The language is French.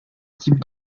type